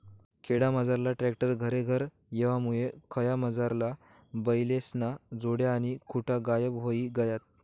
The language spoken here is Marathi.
खेडामझार ट्रॅक्टर घरेघर येवामुये खयामझारला बैलेस्न्या जोड्या आणि खुटा गायब व्हयी गयात